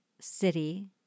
city